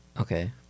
Okay